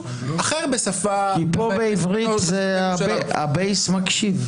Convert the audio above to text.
אחר בשפה --- כי פה בעברית הבייס מקשיב.